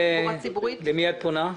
למי את פונה?